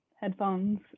headphones